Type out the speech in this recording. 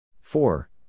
Four